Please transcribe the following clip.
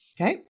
Okay